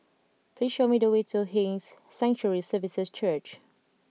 please show me the way to His Sanctuary Services Church